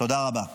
תודה רבה.